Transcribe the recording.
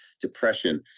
depression